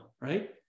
right